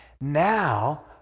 Now